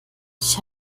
ich